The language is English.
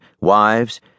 wives